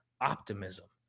optimism